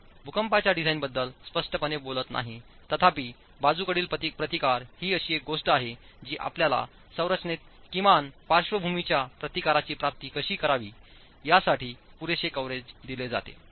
code भूकंपाच्या डिझाइनबद्दल स्पष्टपणे बोलत नाहीतथापि बाजूकडील प्रतिकार ही अशी एक गोष्ट आहे जी आपल्याला संरचनेत किमान पार्श्वभूमीच्या प्रतिकाराची प्राप्ती कशी करावी यासाठी पुरेशी कव्हरेज दिली जाते